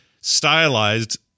stylized